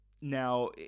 now